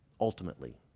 ultimately